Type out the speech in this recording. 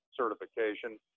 certification